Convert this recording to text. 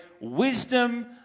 wisdom